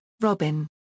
Robin